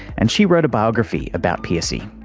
and she wrote a biography about pearcey.